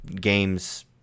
games